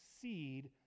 seed